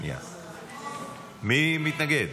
מי מתנגד?